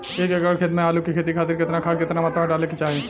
एक एकड़ खेत मे आलू के खेती खातिर केतना खाद केतना मात्रा मे डाले के चाही?